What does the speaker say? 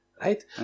right